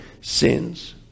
sins